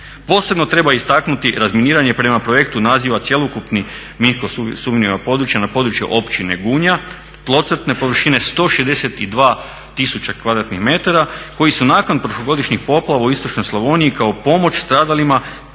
Posebno treba istaknuti razminiranje prema projektu naziva cjelokupni minsko sumnjiva područja na području općine Gunja tlocrtne površine 162000 m2 koji su nakon prošlogodišnjih poplava u istočnoj Slavoniji kao pomoć stradalim